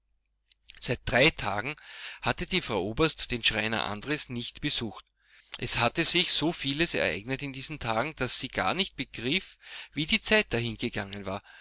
seit drei tagen hatte die frau oberst den schreiner andres nicht besucht es hatte sich so vieles ereignet in diesen tagen daß sie gar nicht begriff wie die zeit dahingegangen war